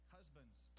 Husbands